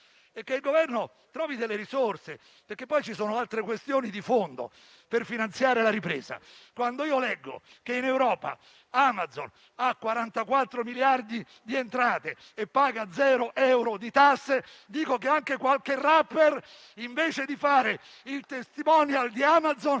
e che il Governo trovi delle risorse. Ci sono infatti poi altre questioni di fondo per finanziare la ripresa. Quando io leggo che in Europa Amazon ha 44 miliardi di entrate e paga zero euro di tasse dico che anche qualche *rapper*, invece di fare il *testimonial* di Amazon,